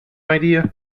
idea